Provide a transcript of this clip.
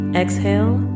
exhale